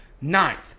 ninth